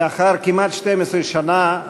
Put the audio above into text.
לאחר כמעט 12 שנה,